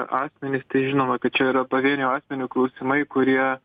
asmenis tai žinoma kad čia yra pavienių asmenių klausimai kurie